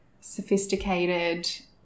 sophisticated